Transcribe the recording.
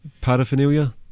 paraphernalia